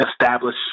establish